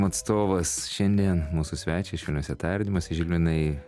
atstovas šiandien mūsų svečias švelniuose tardymuose žilvinai